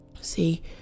See